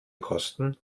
kosten